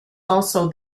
also